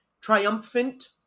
triumphant